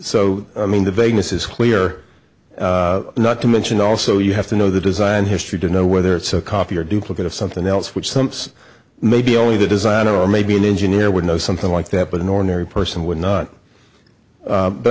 so i mean the vagueness is clear not to mention also you have to know the design history to know whether it's a copy or duplicate of something else which sums maybe only the design or maybe an engineer would know something like that but an ordinary person would not